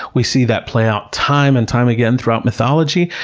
we see that play out time and time again throughout mythology,